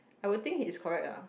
I would think he is correct ah